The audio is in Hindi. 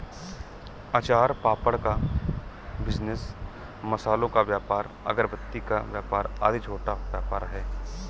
अचार पापड़ का बिजनेस, मसालों का व्यापार, अगरबत्ती का व्यापार आदि छोटा व्यापार है